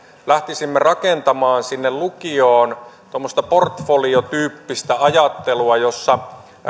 lähtisimme rakentamaan sinne lukioon tuommoista portfoliotyyppistä ajattelua jossa